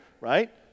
right